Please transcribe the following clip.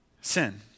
Sin